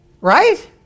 right